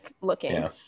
looking